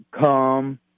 come